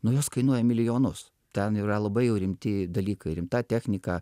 nu jos kainuoja milijonus ten yra labai jau rimti dalykai rimta technika